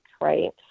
Right